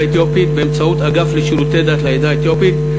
האתיופית באמצעות אגף לשירותי דת לעדה האתיופית.